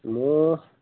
মোৰ